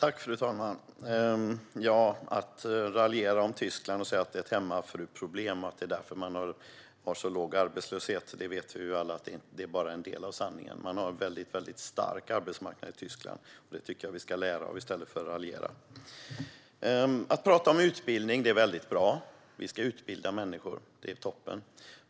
Fru talman! Man kan raljera om Tyskland och säga att det är ett hemmafruproblem och att det är därför man har så låg arbetslöshet, men vi vet alla att det bara är en del av sanningen. Tyskland har en stark arbetsmarknad, och det ska vi lära av i stället för att raljera. Utbildning är bra. Vi ska utbilda människor.